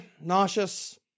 nauseous